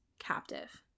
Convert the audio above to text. captive